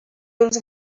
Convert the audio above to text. rules